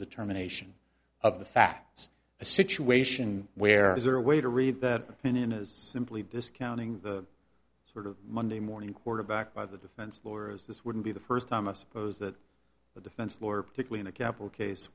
determination of the facts a situation where is there a way to read that opinion is simply discounting the sort of monday morning quarterback by the defense lawyers this wouldn't be the first time i suppose that a defense lawyer to clean a capital case